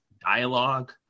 dialogue